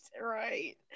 Right